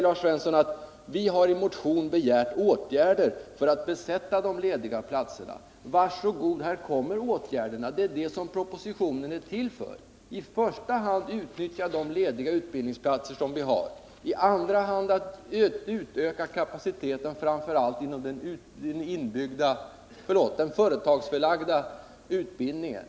Lars Svensson säger: Vi har i motion begärt åtgärder för att besätta de lediga platserna. Var så god, här kommer åtgärderna! Det är det som propositionen är till för. I första hand skall man utnyttja de lediga utbildningsplatser som vi har, i andra hand skall man utöka kapaciteten, framför allt inom den företagsförlagda utbildningen.